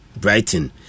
Brighton